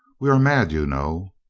we are mad, you know.